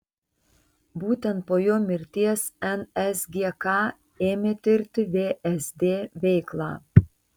būtent po jo mirties nsgk ėmė tirti vsd veiklą